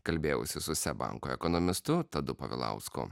kalbėjausi su seb banko ekonomistu tadu povilausku